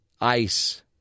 ice